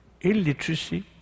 illiteracy